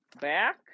back